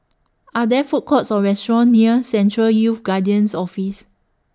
Are There Food Courts Or restaurants near Central Youth Guidance Office